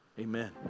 Amen